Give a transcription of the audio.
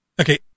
okay